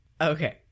okay